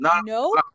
No